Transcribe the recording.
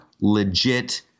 legit